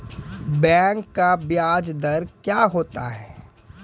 Bank का ब्याज दर क्या होता हैं?